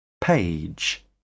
Page